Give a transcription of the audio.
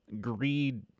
greed